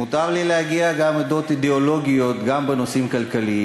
מותר לי להביע עמדות אידיאולוגיות גם בנושאים כלכליים.